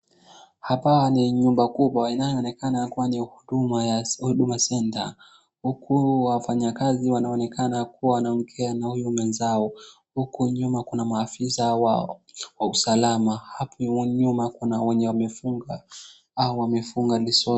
haap ni nyumba kubwa inayoonekana kuwa ni Huduma Center. Huku wafanyakazi wanaonekana kuwa na wanaongea na huyu mwenzao. Huku nyuma kuna maafisa wa usalama. Hapo nyuma kuna wenye wamefunga au wamefunga leso.